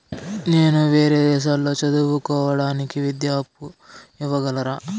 నేను వేరే దేశాల్లో చదువు కోవడానికి విద్యా అప్పు ఇవ్వగలరా?